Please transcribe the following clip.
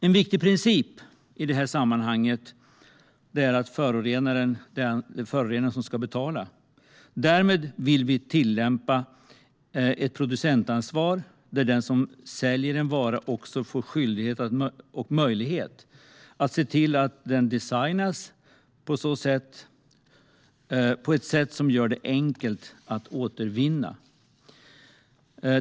En viktig princip i detta sammanhang är att det är förorenaren som ska betala. Därmed vill vi tillämpa ett producentansvar, där den som säljer en vara också får skyldighet och möjlighet att se till att den designas på ett sätt som gör den enkel att återvinna.